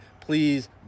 please